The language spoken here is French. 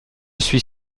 suis